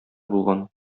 булган